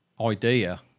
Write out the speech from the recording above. idea